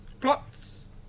plots